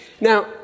Now